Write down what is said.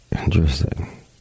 Interesting